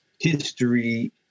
history